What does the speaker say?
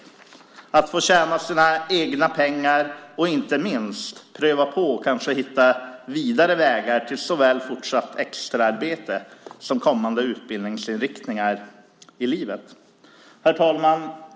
Det handlar om att få tjäna sina egna pengar och inte minst att få pröva på och kanske hitta vidare vägar till såväl fortsatt extraarbete som kommande utbildningsinriktningar i livet. Herr talman!